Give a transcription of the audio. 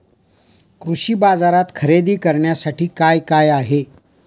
कृषी बाजारात खरेदी करण्यासाठी काय काय आहे?